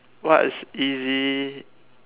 what's easy